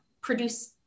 produce